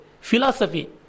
philosophy